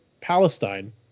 Palestine